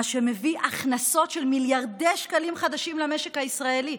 מה שמביא הכנסות של מיליארדי שקלים חדשים למשק הישראלי.